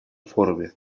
форуме